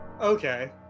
Okay